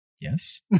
Yes